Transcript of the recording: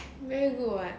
very good [what]